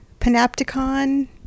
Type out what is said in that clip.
panopticon